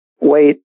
wait